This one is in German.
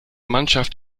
mannschaft